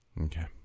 Okay